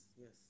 yes